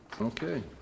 okay